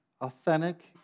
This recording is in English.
authentic